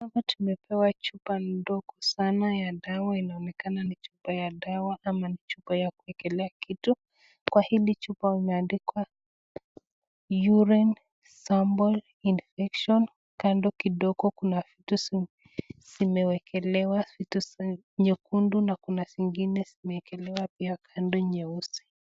Tumepewa chupa ndogo sana ya dawa inaonekana ni chupa ya dawa ama ni chupa ya kuekelea kitu, kwa hili chupa imeandikwa Urine sample v infection Kando kidogo kuna vitu zimewekelewa vitu nyekundu na kuna zingine zimeekelewa pia kando nyeusi.